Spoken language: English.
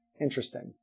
interesting